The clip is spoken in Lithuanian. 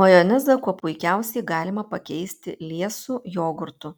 majonezą kuo puikiausiai galima pakeisti liesu jogurtu